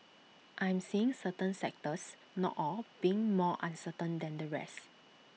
I'm seeing certain sectors not all being more uncertain than the rest